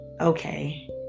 okay